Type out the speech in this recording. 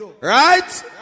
Right